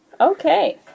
Okay